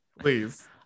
Please